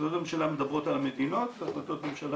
החלטות הממשלה מדברות על המדינות והחלטות ממשלה